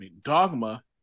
Dogma